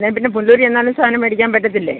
അല്ലേ പിന്നെ പുനലൂർ ചെന്നാലും സാധനം മേടിക്കാൻ പറ്റത്തില്ലേ